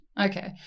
Okay